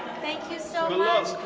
thank you so much.